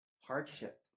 hardship